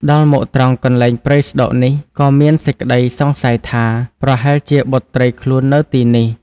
ដល់មកត្រង់កន្លែងព្រៃស្ដុកនេះ ក៏មានសេចក្ដីសង្ស័យថា ប្រហែលជាបុត្រីខ្លួននៅទីនេះ។